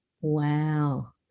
Wow